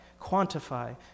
quantify